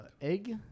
egg